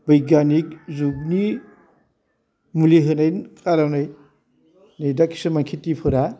बिग्याक जुगनि मुलि होनायनि खारनै नै दा खिसुमान खेथिफोरा